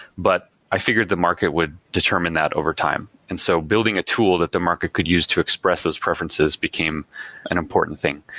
but i figured the market would determine that over time. and so building a tool that the market could use to express those preferences became an important thing.